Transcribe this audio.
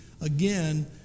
again